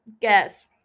Guess